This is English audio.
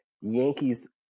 Yankees